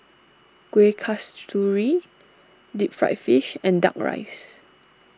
Kueh Kasturi Deep Fried Fish and Duck Rice